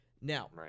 Now